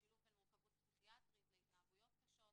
השילוב בין מורכבות פסיכיאטרית להתנהגויות קשות.